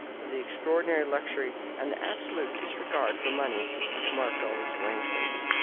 of the extraordinary luxury and the absolute disregard for money which marked all these arrangements.